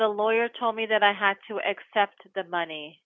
the lawyer told me that i had to accept the money